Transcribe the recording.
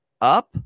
up